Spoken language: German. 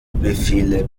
befehle